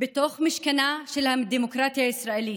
בתוך משכנה של הדמוקרטיה הישראלית.